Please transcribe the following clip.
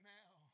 now